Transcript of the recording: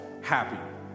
Happy